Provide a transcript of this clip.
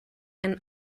and